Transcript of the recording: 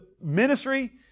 ministry